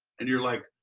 and you're like,